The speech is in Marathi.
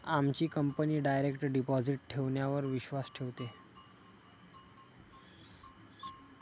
आमची कंपनी डायरेक्ट डिपॉजिट ठेवण्यावर विश्वास ठेवते